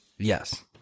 Yes